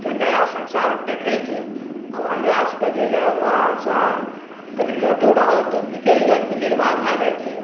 तऽ नया संसार देखै छै आब हमरा सभके जे रहल रहन सहन कनि मोटो रहल तऽ निकलि जाइ छै निर्वाह भय जाइ छै